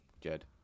Jed